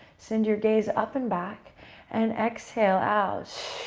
send your gaze up and back and exhale out.